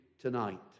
tonight